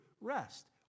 rest